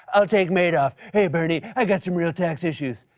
i'll take madoff. hey, bernie, i got some real tax issues.